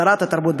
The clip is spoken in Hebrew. שרת התרבות,